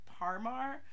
Parmar